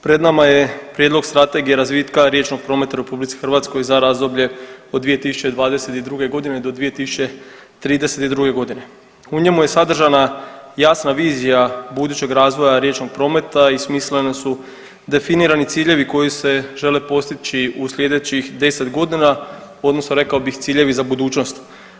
Pred nama je Prijedlog Strategije razvitka riječnog prometa u RH za razdoblje od 2022.g. do 2032.g. U njemu je sadržana jasna vizija budućeg razvoja riječnog prometa i smisleno su definirani ciljevi koji se žele postići u sljedećih 10 godina odnosno rekao bih ciljevi za budućnost.